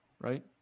right